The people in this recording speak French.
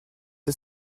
est